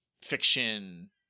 fiction